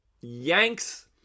yanks